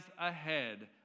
ahead